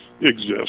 exist